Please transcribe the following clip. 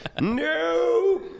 No